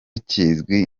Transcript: kizwi